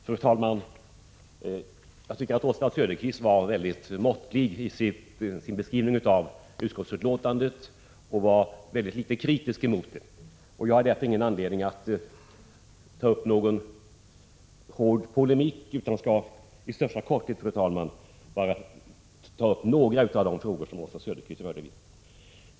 Fru talman! Jag tycker att Oswald Söderqvist var väldigt måttfull i sin beskrivning av utskottsbetänkandet och inte så kritisk mot det. Jag har därför ingen anledning att gå in i någon hård polemik. Jag skall i största korthet, fru talman, bara ta upp några av de frågor som Oswald Söderqvist berörde.